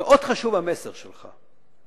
מאוד חשוב המסר שלך.